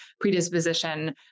predisposition